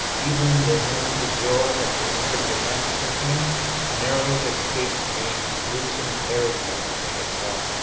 even the hymn to joy at the end of the ninth symphony narrowly escapes being a gruesome parody on the thing itself